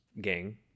gang